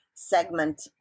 segment